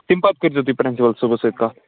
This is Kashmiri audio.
تمہِ پَتہٕ کٔرۍ زیٚو تُہۍ پرنسِپل صٲبس سۭتۍ کَتھ